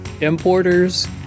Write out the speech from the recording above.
importers